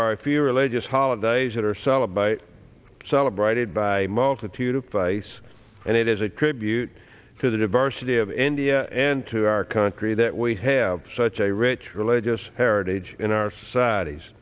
a few religious holidays that are solid by celebrated by a multitude of vice and it is a tribute to the diversity of india and to our country that we have such a rich religious heritage in our societies